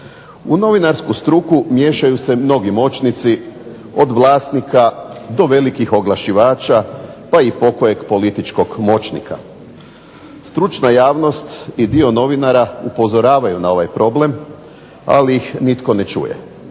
U novinarsku struku miješaju se mnogi moćnici, od vlasnika do velikih oglašivača pa i pokojeg političkog moćnika. Stručna javnost i dio novinara upozoravaju na ovaj problem, ali ih nitko ne čuje.